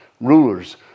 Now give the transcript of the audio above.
rulers